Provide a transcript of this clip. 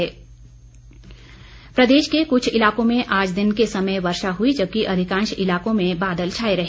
मौसम प्रदेश के कुछ इलाकों में आज दिन के समय वर्षा हुई जबकि अधिकांश इलाकों में बादल छाए रहे